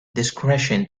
discretion